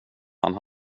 han